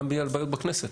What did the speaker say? גם בכנסת,